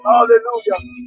Hallelujah